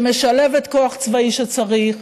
שמשלבת כוח צבאי כשצריך,